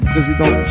Président